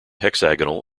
hexagonal